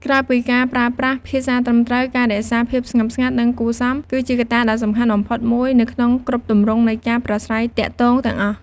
ក្រៅពីការប្រើប្រាស់ភាសាត្រឹមត្រូវ ការរក្សាភាពស្ងប់ស្ងាត់ និងគួរសម គឺជាកត្តាដ៏សំខាន់បំផុតមួយនៅក្នុងគ្រប់ទម្រង់នៃការប្រាស្រ័យទាក់ទងទាំងអស់។